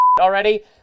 already